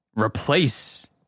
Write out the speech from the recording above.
replace